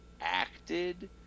acted